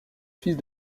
fils